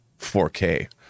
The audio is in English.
4k